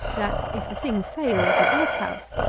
that if the thing fail as an ice-house,